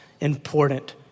important